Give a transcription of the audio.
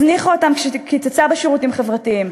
הזניחה אותן כשקיצצה בשירותים חברתיים,